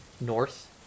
north